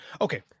okay